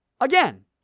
again